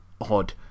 odd